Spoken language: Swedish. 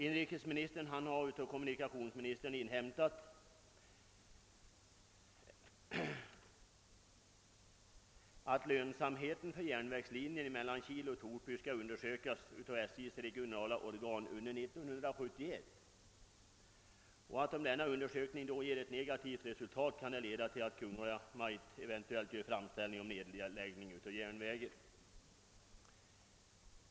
Inrikesministern har av kommu nikationsministern inhämtat att lönsamheten för järnvägen Kil—Torsby skall undersökas av SJ:s regionala organ under år 1971. Om denna undersökning ger negativt resultat kan detta leda till att Kungl. Maj:t beslutar sig för nedläggning av järnvägen.